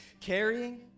carrying